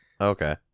Okay